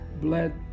bled